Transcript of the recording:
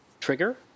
trigger